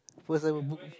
first I will book